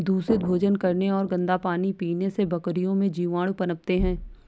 दूषित भोजन करने और गंदा पानी पीने से बकरियों में जीवाणु पनपते हैं